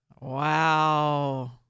Wow